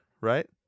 right